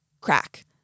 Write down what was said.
crack